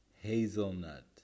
hazelnut